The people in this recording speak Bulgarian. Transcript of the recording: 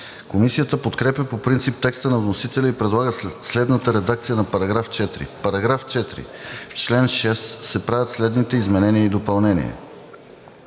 Комисията подкрепя по принцип текста на вносителя и предлага следната редакция на § 4: „§ 4. В чл. 6 се правят следните изменения и допълнения: